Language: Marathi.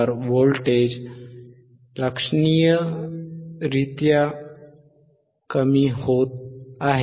5KHz व्होल्टेज लक्षणीयरीत्या कमी होत आहे